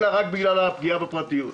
אלא בגלל הפגיעה בפרטיות.